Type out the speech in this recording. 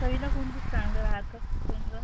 चवीला कोणचं चांगलं राहतं कोणचं